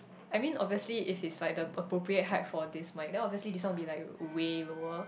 I mean obviously if it's like the appropriate height for this mic then obviously this one be like way lower